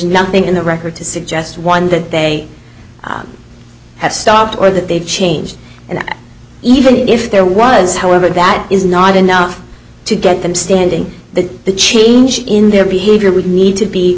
nothing in the record to suggest one that they have stopped or that they've changed and that even if there was however that is not enough to get them standing that the change in their behavior would need to be